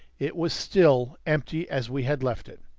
it was still empty as we had left it.